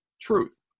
truth